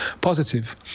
positive